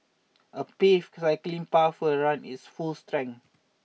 a paved cycling path will run its full strength